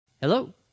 Hello